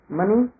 money